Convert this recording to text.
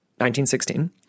1916